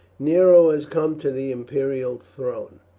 nero has come to the imperial throne,